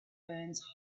burns